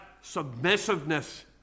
submissiveness